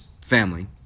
family